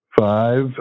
five